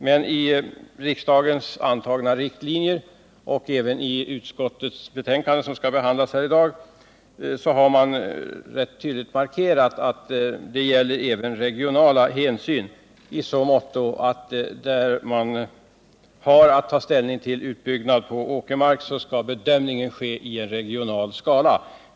I de riktlinjer som antagits av riksdagen och även i det utskottsbetänkande vi skall behandla i dag har man emellertid rätt tydligt markerat de regionala hänsynen i så måtto att man angivit att där man har att ta ställning till frågan om utbyggnad på åkermark bedömningen skall ske genom att markanspråken ställs mot varandra i en regional skala.